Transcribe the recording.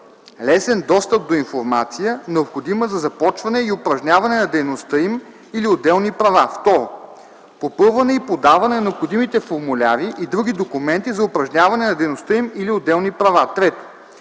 лесен достъп до информация, необходима за започване и упражняване на дейността им или отделни права; 2. попълване и подаване на необходимите формуляри и други документи за упражняване на дейността им или отделни права; 3.